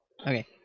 Okay